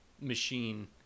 machine